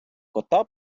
кота